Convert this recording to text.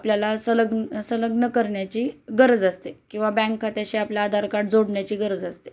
आपल्याला संलग्न संलग्न करण्याची गरज असते किंवा बँक खात्याशी आपल्याला आधार कार्ड जोडण्याची गरज असते